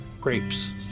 Grapes